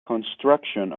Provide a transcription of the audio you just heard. construction